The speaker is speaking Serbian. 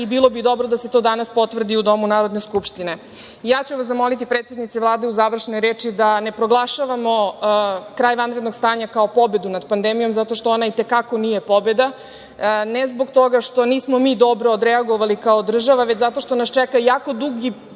i bilo bi dobro da se to danas potvrdi u Domu Narodne skupštine. Ja ću vas zamoliti, predsednice Vlade, u završnoj reči da ne proglašavamo kraj vanrednog stanja kao pobedu nad pandemijom, zato što ona i te kako nije pobeda, ne zbog toga što nismo mi dobro odreagovali kao država, već zato što nas čeka jako dugi